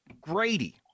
Grady